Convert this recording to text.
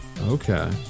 Okay